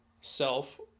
self